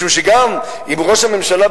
משום שגם אם ראש הממשלה,